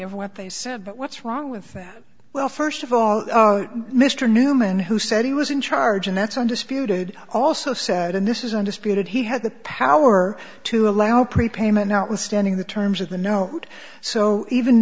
of what they said but what's wrong with that well first of all mr newman who said he was in charge and that's undisputed also said and this is undisputed he had the power to allow prepayment notwithstanding the terms of the know so even